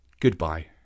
Goodbye